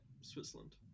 Switzerland